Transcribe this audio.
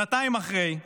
שנתיים אחרי,